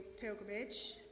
pilgrimage